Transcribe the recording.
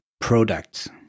products